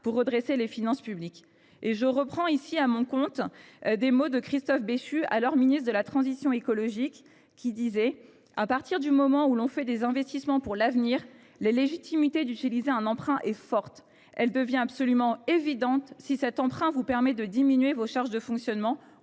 pour redresser les finances publiques. Je reprendrai à mon compte ces mots prononcés par Christophe Béchu quand il était ministre de la transition écologique :« À partir du moment où l’on fait des investissements pour l’avenir, la légitimité d’utiliser un emprunt est forte. Elle devient absolument évidente si cet emprunt vous permet de diminuer vos charges de fonctionnement